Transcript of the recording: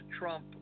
Trump